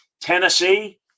Tennessee